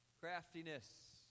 Craftiness